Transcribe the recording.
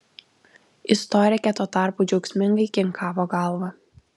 istorikė tuo tarpu džiaugsmingai kinkavo galva